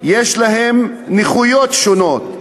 שיש להם נכויות שונות,